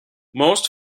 most